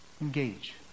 Engage